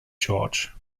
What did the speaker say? george